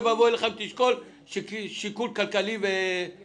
אוי ואבוי לך אם תשקול שיקולים כלכליים ויעילות.